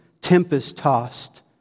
tempest-tossed